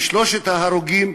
ושלושת ההרוגים,